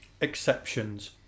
exceptions